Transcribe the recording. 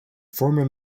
former